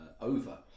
over